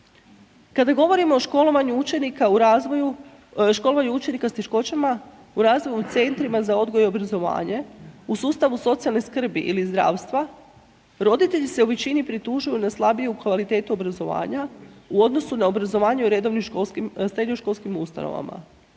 u razvoju, školovanju učenika s teškoćama u razvoju, u centrima za odgoj i obrazovanje, u sustavu socijalne skrbi ili zdravstva, roditelji se u većini pritužuju na slabiju kvalitetu obrazovanja u odnosu na obrazovanje u redovnim srednjoškolskim ustanovama.